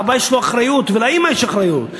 לאבא יש אחריות ולאימא יש אחריות.